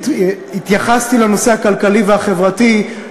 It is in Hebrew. התייחסתי לנושא הכלכלי-חברתי,